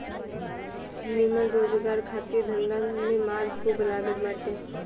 निमन रोजगार खातिर धंधा में माल खूब लागत बाटे